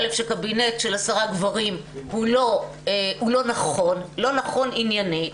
שקבינט של עשרה גברים הוא לא נכון עניינית.